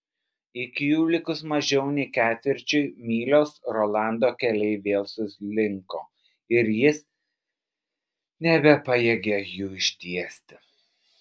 iki jų likus mažiau nei ketvirčiui mylios rolando keliai vėl sulinko ir jis nebepajėgė jų ištiesti